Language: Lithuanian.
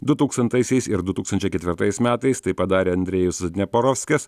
dutūkstantaisiais ir du tūkstančiai ketvirtais metais tai padarė andrejus zadneprovskis